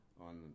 on